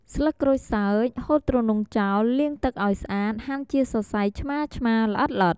ស្លឹកក្រូចសើច ហូតទ្រនុងចោល លាងទឹកឲ្យស្អាត ហាន់ជាសរសៃឆ្មារៗល្អិតៗ។